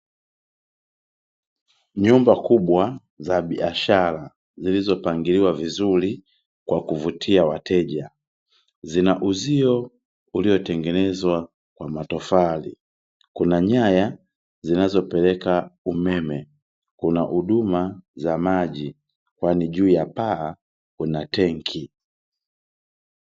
Nyumba kubwa za biashara zilizopangiliwa vizuri kwa kuvutia wateja. Zina uzio uliotengenezwa kwa matofali, kuna nyaya zinazopeleka umeme, kuna huduma za maji kwani juu ya paa kuna tenki.